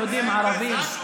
יהודים לערבים?